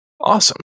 Awesome